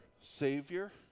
Savior